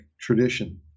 tradition